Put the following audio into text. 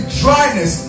dryness